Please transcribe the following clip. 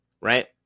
Right